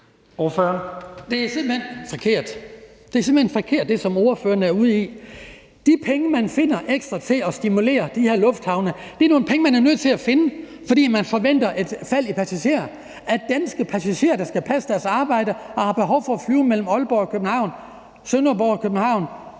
Det er simpelt hen forkert. Det, som ordføreren er ude i, er simpelt hen forkert. De penge, man finder ekstra til at stimulere de her lufthavne, er nogle penge, man er nødt til at finde, fordi man forventer et fald i passagerer. At der er danske passagerer, der skal passe deres arbejde og har behov for at flyve mellem Aalborg og København, Sønderborg og København,